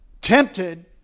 tempted